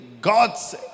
god's